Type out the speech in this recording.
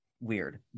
weird